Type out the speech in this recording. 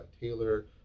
Taylor